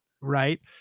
Right